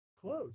close